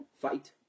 fight